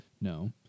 No